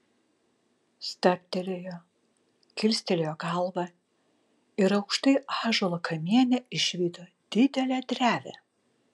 stabtelėjo kilstelėjo galvą ir aukštai ąžuolo kamiene išvydo didelę drevę